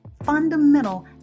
fundamental